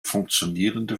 funktionierende